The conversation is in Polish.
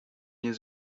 nie